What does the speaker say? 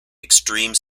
extreme